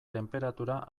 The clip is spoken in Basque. tenperatura